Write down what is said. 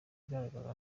igaragaza